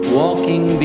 walking